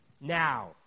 now